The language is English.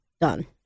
done